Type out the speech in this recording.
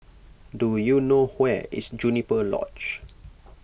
do you know where is Juniper Lodge